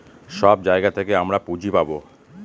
সব জায়গা থেকে আমরা পুঁজি পাবো